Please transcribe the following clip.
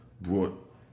brought